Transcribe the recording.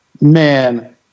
man